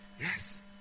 Yes